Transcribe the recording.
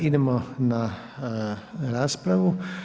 Idemo na raspravu.